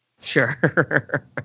Sure